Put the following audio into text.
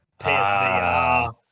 PSVR